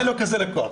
אני הלקוח,